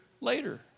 later